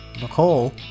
Nicole